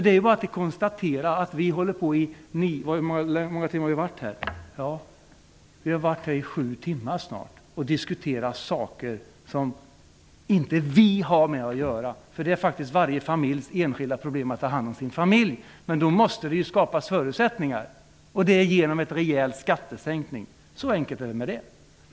Det är bara att konstatera att vi har hållit på i snart sju timmar och diskuterat saker som inte vi har med att göra, för det är faktiskt varje familjs enskilda problem att ta hand om sina angelägenheter. Men då måste det skapas förutsättningar, och det sker genom en rejäl skattesänkning. Så enkelt är det med det.